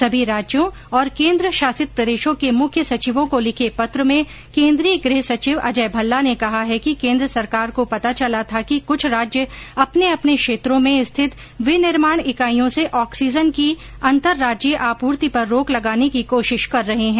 सभी राज्यों और केन्द्र शासित प्रदेशों के मुख्य सचिवों को लिखे पत्र में केंद्रीय गृह सचिव अजय भल्ला ने कहा है कि केन्द्र सरकार को पता चला था कि कुछ राज्य अपने अपने क्षेत्रों में स्थित विनिर्माण इकाइयों से ऑक्सीजन की अंतर राज्यीय आपूर्ति पर रोक लगाने की कोशिश कर रहे हैं